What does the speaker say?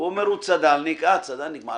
הוא אומר: "אה, הוא צד"לניק מערכת